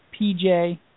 PJ